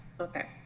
Okay